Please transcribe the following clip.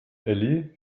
elli